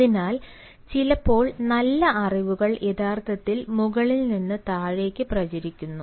അതിനാൽ ചിലപ്പോൾ നല്ല അറിയിപ്പുകൾ യഥാർത്ഥത്തിൽ മുകളിൽ നിന്ന് താഴേക്ക് പ്രചരിക്കുന്നു